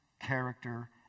character